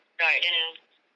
right then